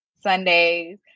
Sundays